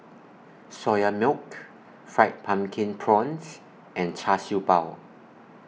Soya Milk Fried Pumpkin Prawns and Char Siew Bao